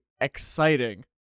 exciting